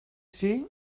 sea